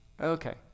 Okay